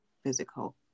physical